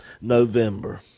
November